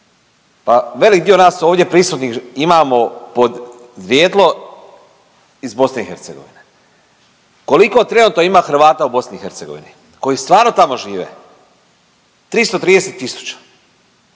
pa velik dio nas ovdje prisutnih imamo podrijetlo iz BiH. Koliko trenutno ima Hrvata u BiH koji stvarno tamo žive? 330 tisuća.